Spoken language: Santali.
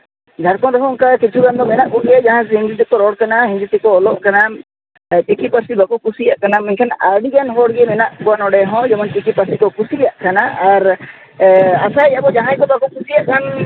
ᱡᱷᱟᱲᱠᱷᱚᱸᱰ ᱨᱮᱦᱚᱸ ᱚᱱᱠᱟᱜᱮ ᱠᱤᱪᱷᱩ ᱜᱟᱱ ᱫᱚ ᱢᱮᱱᱟᱜ ᱠᱚᱜᱮᱭᱟ ᱡᱟᱦᱟᱸᱭ ᱦᱤᱱᱫᱤ ᱛᱮᱠᱚ ᱨᱚᱲ ᱠᱟᱱᱟ ᱦᱤᱱᱫᱤ ᱛᱮᱠᱚ ᱚᱞᱚᱜ ᱠᱟᱱᱟ ᱟᱨ ᱪᱤᱠᱤ ᱯᱟᱹᱨᱥᱤ ᱵᱟᱠᱚ ᱠᱩᱥᱤᱭᱟᱜ ᱠᱟᱱᱟ ᱢᱮᱱᱠᱷᱟᱱ ᱟᱹᱰᱤᱜᱟᱱ ᱦᱚᱲᱜᱮ ᱢᱮᱱᱟᱜ ᱠᱚᱣᱟ ᱱᱚᱰᱮ ᱦᱚᱸ ᱡᱮᱢᱚᱱ ᱪᱤᱠᱤ ᱯᱟᱹᱨᱥᱤ ᱠᱚ ᱠᱩᱥᱤᱭᱟᱜ ᱠᱟᱱᱟ ᱟᱨ ᱟᱥᱟᱭᱮᱫᱼᱟ ᱵᱚᱱ ᱡᱟᱦᱟᱸᱭ ᱠᱚ ᱵᱟᱠᱚ ᱠᱩᱥᱤᱭᱟᱜ ᱠᱷᱟᱱ